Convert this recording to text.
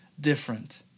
different